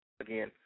Again